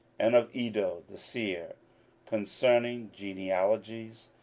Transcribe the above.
and of iddo the seer concerning genealogies?